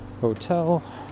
hotel